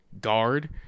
guard